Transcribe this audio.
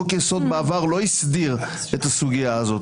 חוק-יסוד בעבר לא הסדיר את הסוגיה הזאת,